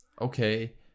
Okay